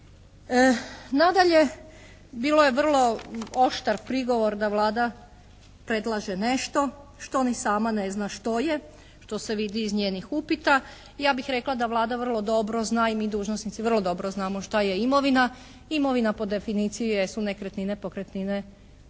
Nadalje, bilo je vrlo oštar prigovor da Vlada predlaže nešto što ni sama ne zna što je, što se vidi iz njenih upita. Ja bih rekla da Vlada vrlo dobro zna i mi dužnosnici vrlo dobro znamo šta je imovina. Imovina po definiciji je, su nekretnine, pokretnine, prava